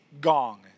gong